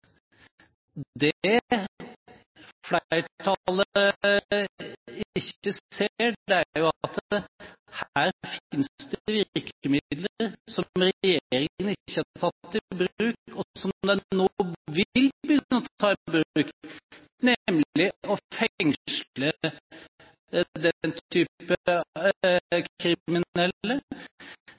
det virkemidler som regjeringen ikke har tatt i bruk, og som den nå vil begynne å ta i bruk, nemlig å fengsle den type